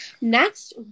Next